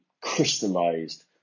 crystallized